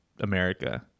America